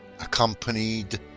accompanied